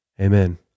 Amen